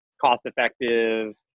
cost-effective